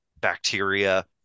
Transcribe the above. bacteria